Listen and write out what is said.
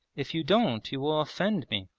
if you don't you will offend me.